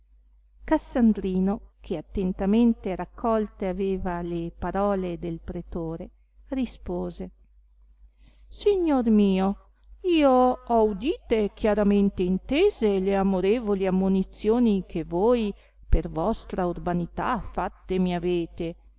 cassandrino che attentamente raccolte aveva le parole del pretore rispose signor mio io ho udite e chiaramente intese le amorevoli ammonizioni che voi per vostra urbanità fatte mi avete